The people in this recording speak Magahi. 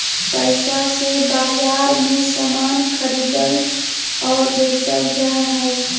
पैसा से बाजार मे समान खरीदल और बेचल जा हय